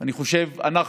אני חושב אנחנו